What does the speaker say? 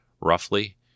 roughly